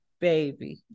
baby